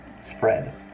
spread